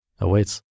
awaits